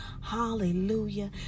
Hallelujah